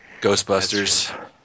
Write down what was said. Ghostbusters